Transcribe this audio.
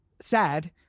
sad